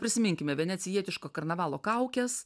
prisiminkime venecijietiško karnavalo kaukes